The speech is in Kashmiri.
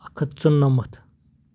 اَکھ ہَتھ ژُنَمَتھ